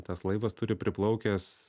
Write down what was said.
tas laivas turi priplaukęs